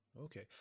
Okay